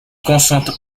concentre